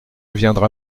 viendra